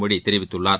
மோடி தெரிவித்துள்ளார்